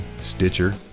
stitcher